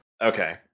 Okay